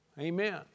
Amen